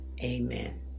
Amen